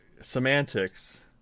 Semantics